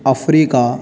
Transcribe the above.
Africa